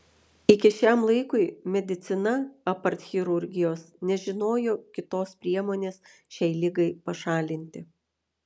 iki šiam laikui medicina apart chirurgijos nežinojo kitos priemonės šiai ligai pašalinti